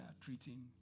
treating